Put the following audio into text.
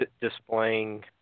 displaying